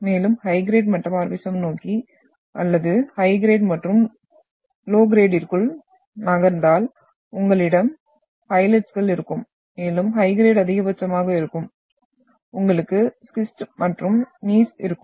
மேலும் high grade metamorphism நோக்கி அல்லது ஹை கிரேட் மற்றும் லோ கிரேட்ற்குள் நகர்ந்தால் உங்களிடம் பைலைட்டுகள் இருக்கும் மேலும் ஹை கிரேட் அதிகபட்சமாக இருக்கும் உங்களுக்கு ஸ்கிஸ்ட் மற்றும் நீய்ஸ் இருக்கும்